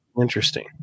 interesting